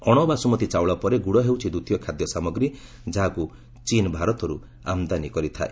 ଅଶବାସୁମତୀ ଚାଉଳ ପରେ ଗୁଡ଼ ହେଉଛି ଦ୍ୱିତୀୟ ଖାଦ୍ୟ ସାମଗ୍ରୀ ଯାହାକୁ ଚୀନ୍ ଭାରତରୁ ଆମଦାନୀ କରିଥାଏ